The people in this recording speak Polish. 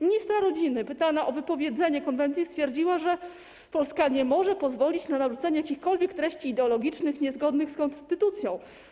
Ministra rodziny pytana o wypowiedzenie konwencji stwierdziła, że Polska nie może pozwolić na narzucanie sobie jakichkolwiek treści ideologicznych niezgodnych z konstytucją.